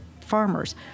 farmers